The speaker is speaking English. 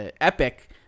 Epic